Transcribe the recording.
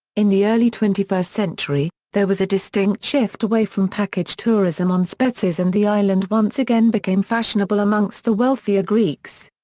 in the early twenty first century, there was a distinct shift away from package tourism on spetses and the island once again became fashionable amongst the wealthier greeks.